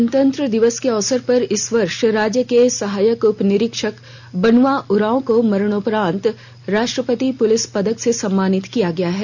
गणतंत्र दिवस के अवसर पर इस वर्ष राज्य के सहायक उप निरीक्षक बनुआ उरांव को मरणोपरांत राष्ट्रपति पुलिस पदक से सम्मानित किया गया है